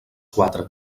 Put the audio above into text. quatre